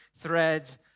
threads